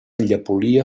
llepolia